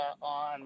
on